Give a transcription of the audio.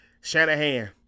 Shanahan